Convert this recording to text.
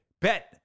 Bet